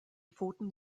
pfoten